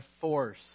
force